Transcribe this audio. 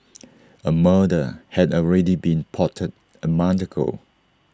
A murder had already been plotted A month ago